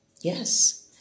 Yes